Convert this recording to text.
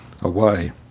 away